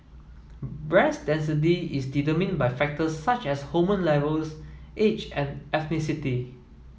breast density is determined by factors such as hormone levels age and ethnicity